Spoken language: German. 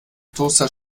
toaster